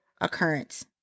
occurrence